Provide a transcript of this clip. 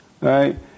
right